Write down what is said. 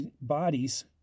bodies